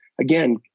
again